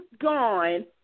gone